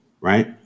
Right